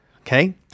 okay